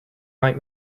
like